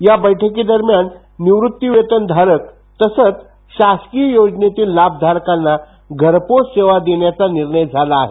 या बैठकी दरम्यान निवृत्तीवेतनधारक तसंच शासकीय योजनेतील लाभधारकांना घरपोच सेवा देण्याचा निर्णय झाला आहे